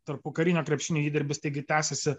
tarpukarinio krepšinio įdirbis taigi tęsiasi